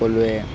সকলোৱে